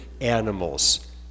animals